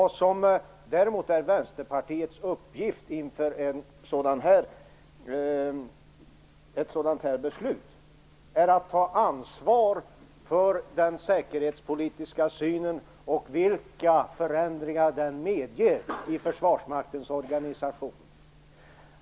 Däremot är det Vänsterpartiets uppgift att inför ett sådant här beslut ta ansvar för den säkerhetspolitiska synen och vilka förändringar den medger i Försvarsmaktens organisation.